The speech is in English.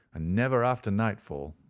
and never after nightfall.